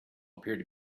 appeared